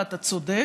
ואתה צודק,